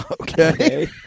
Okay